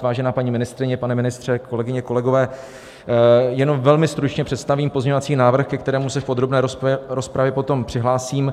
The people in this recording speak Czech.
Vážená paní ministryně, pane ministře, kolegyně, kolegové, jenom velmi stručně představím pozměňovací návrh, ke kterému se v podrobné rozpravě potom přihlásím.